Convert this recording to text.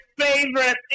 favorite